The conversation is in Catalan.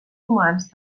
humans